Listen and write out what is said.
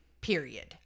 period